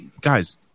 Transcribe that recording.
guys